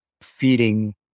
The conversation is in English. feeding